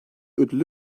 ödülü